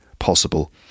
Possible